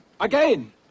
Again